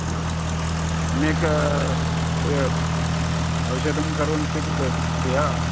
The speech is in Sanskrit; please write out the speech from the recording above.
अस्तु सम्यक् औषधं सर्वं स्वीकृतवती वा